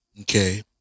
Okay